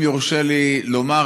אם יורשה לי לומר,